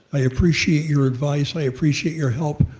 i appreciate your advice, i appreciate your help,